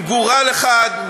עם גורל אחד,